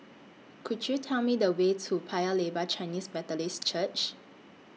Could YOU Tell Me The Way to Paya Lebar Chinese Methodist Church